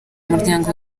muryango